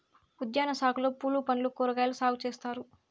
ఉద్యాన సాగులో పూలు పండ్లు కూరగాయలు సాగు చేత్తారు